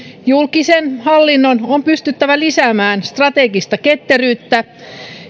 julkisen hallinnon on pystyttävä lisäämään strategista ketteryyttä